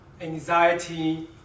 anxiety